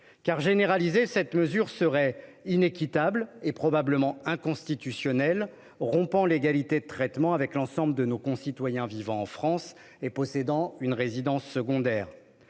la généralisation de cette mesure serait inéquitable et probablement inconstitutionnelle. Elle viendrait rompre l'égalité de traitement au détriment de nos concitoyens vivant en France et possédant une résidence secondaire.